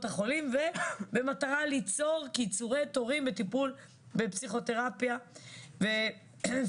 החולים ובמטרה ליצור קיצורי תורים בטיפול בפסיכותרפיה ופורום